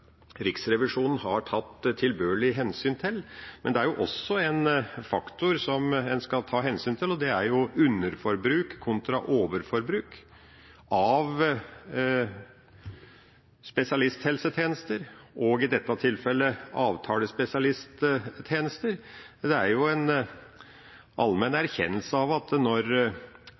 Riksrevisjonen har tatt tilbørlig hensyn til. Men det er en faktor som man også skal ta hensyn til, og det er underforbruk kontra overforbruk av spesialisthelsetjenester, i dette tilfellet avtalespesialisttjenester. Det er en allmenn erkjennelse at når